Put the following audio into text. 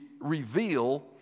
reveal